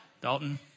Dalton